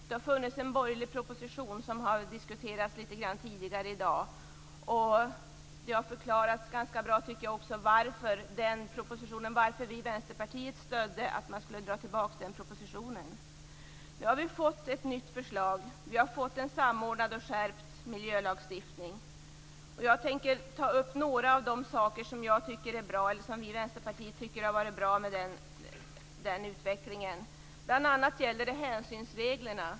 Det har funnits en borgerlig proposition, som diskuterades tidigare i dag. Det har också framkommit bra varför vi i Vänsterpartiet stödde att den propositionen skulle dras tillbaka. Nu har vi fått ett nytt förslag på en samordnad och skärpt miljölagstiftning. Jag tänker ta upp några av de saker som vi i Vänsterpartiet har tyckt varit bra med den utvecklingen. Bl.a. gäller det hänsynsreglerna.